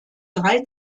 drei